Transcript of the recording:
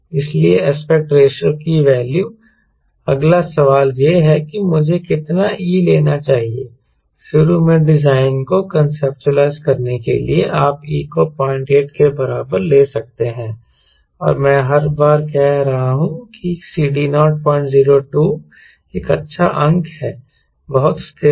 इसलिए एस्पेक्ट रेशों की वैल्यू अगला सवाल यह है कि मुझे कितना e लेना चाहिए शुरू में डिजाइन को कोंसेप्टूलाइज़ करने के लिए आप e को 08 के बराबर ले सकते हैं और मैं हर बार कह रहा हूं कि CD0 002 एक अच्छा अंक है बहुत स्थिर है